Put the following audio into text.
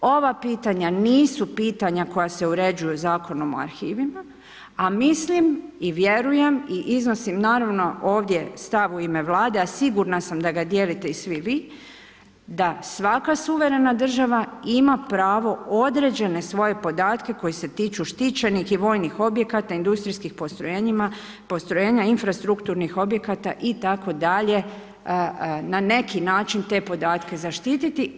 Ova pitanja, nisu pitanja koja se uređuju Zakonom o arhivima, a mislim i vjerujem i iznosim naravno ovdje stav u ime Vlade, a sigurna sam da ga dijelite i svi vi, da svaka suvremena država ima pravo određene svoje podatke koji se tiču štićenih i vojnih objekata industrijskih postrojenjima, postrojenja infrastrukturnih objekata itd. na neki način te podatke zaštititi.